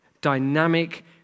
Dynamic